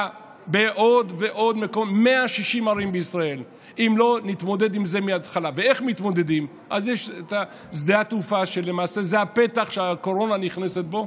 ועוד סדרה ארוכה מאוד של הצעות חוק שרומסות את האופוזיציה פעם אחר פעם.